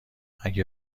اگه